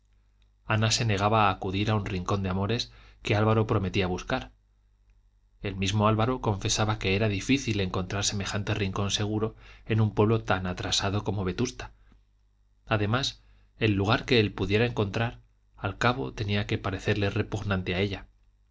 ana se negaba a acudir a un rincón de amores que álvaro prometía buscar el mismo álvaro confesaba que era difícil encontrar semejante rincón seguro en un pueblo tan atrasado como vetusta además el lugar que él pudiera encontrar al cabo tenía que parecerle repugnante a ella